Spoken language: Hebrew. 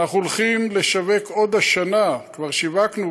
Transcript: אנחנו הולכים לשווק עוד השנה, כבר שיווקנו